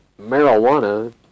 marijuana